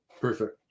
Perfect